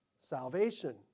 salvation